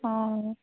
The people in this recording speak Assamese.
অঁ